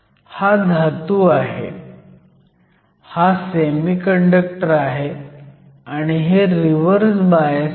हा धातू आहे हा सेमीकंडक्टर आहे आणि हे रिव्हर्स बायस आहे